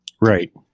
Right